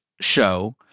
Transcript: show